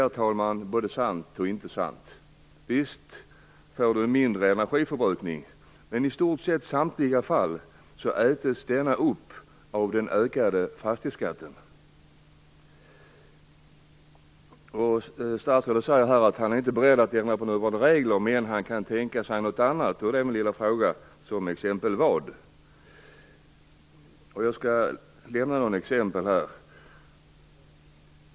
Det är både sant och inte sant. Visst minskar energiförbrukningen, men i stort sett i samtliga fall äts vad man där vinner upp av den ökade fastighetsskatten. Statsrådet säger att han inte är beredd att ändra på regler. Däremot kan han tänka sig något annat. Då är min lilla fråga: Exempelvis vad? Själv skall jag här ge några exempel.